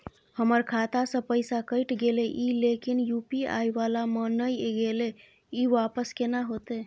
हमर खाता स पैसा कैट गेले इ लेकिन यु.पी.आई वाला म नय गेले इ वापस केना होतै?